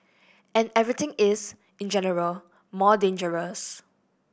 and everything is in general more dangerous